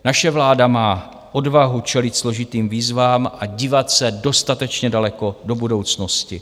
Naše vláda má odvahu čelit složitým výzvám a dívat se dostatečně daleko do budoucnosti.